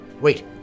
Wait-